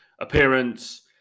appearance